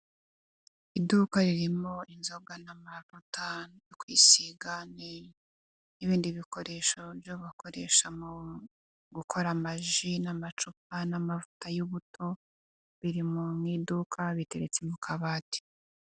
Iduka ririmo inzoga na mavuta yo kwisiga n'ibindi bikoresho bakoresha mu gukora amaji, n'amacupa n'amavuta y'ubuto, biri mu iduka biteretse mu kabati.